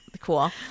Cool